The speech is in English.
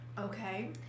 Okay